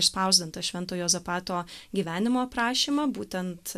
išspausdintą švento juozapato gyvenimo aprašymą būtent